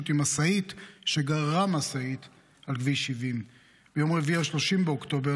עם משאית שגררה משאית על כביש 70. ביום רביעי 30 באוקטובר